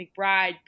McBride